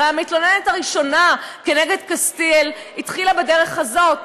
הרי המתלוננת הראשונה נגד קסטיאל התחילה בדרך הזאת,